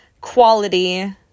quality